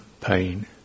pain